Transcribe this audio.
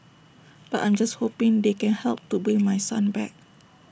but I'm just hoping they can help to bring my son back